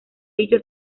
dicho